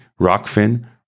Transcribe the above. Rockfin